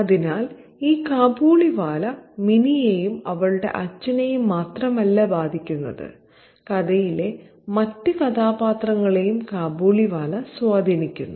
അതിനാൽ ഈ കാബൂളിവാല മിനിയെയും അവളുടെ അച്ഛനെയും മാത്രമല്ല ബാധിക്കുന്നത് കഥയിലെ മറ്റ് കഥാപാത്രങ്ങളെയും കാബൂളിവാല സ്വാധീനിക്കുന്നു